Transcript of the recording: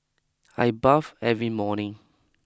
I bath every morning